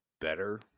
better